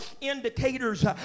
indicators